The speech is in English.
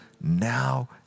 now